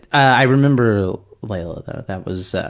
i remember leelah, though. that was,